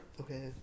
Okay